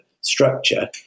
structure